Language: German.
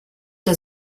der